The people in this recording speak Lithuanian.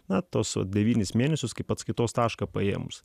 natos o devynis mėnesius kaip atskaitos tašką paėmus